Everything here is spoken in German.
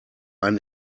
ein